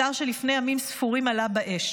אתר שלפני ימים ספורים עלה באש.